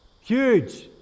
Huge